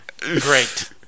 great